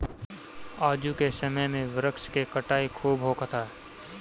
आजू के समय में वृक्ष के कटाई खूब होखत हअ